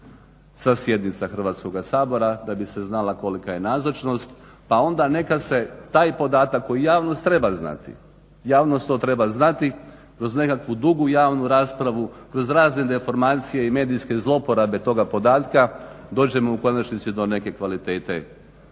sa sjednica Hrvatskoga sabora da bi se znala kolika je nazočnost. Pa onda neka se taj podatak koji javnost treba znati, javnost to treba znati, kroz nekakvu dugu javnu raspravu, kroz razne deformacije i medijske zlouporabe toga podatka dođemo u konačnici do neke kvalitete